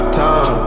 time